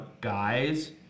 guys